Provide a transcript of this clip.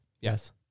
Yes